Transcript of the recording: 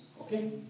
Okay